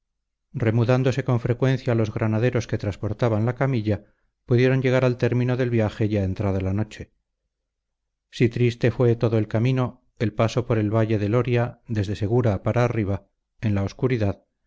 remudándose con frecuencia los granaderos que transportaban la camilla pudieron llegar al término del viaje ya entrada la noche si triste fue todo el camino el paso por el valle del oria desde segura para arriba en la obscuridad